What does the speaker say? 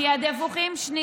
זה לא, שנייה.